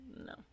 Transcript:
no